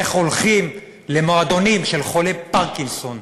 איך הולכים למועדונים של חולי פרקינסון,